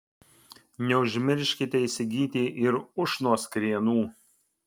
neužmirškite įsigyti ir ušnos krienų